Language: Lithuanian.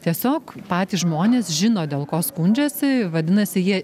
tiesiog patys žmonės žino dėl ko skundžiasi vadinasi jie